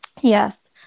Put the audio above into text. yes